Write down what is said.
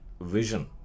vision